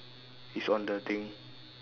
he's on the thing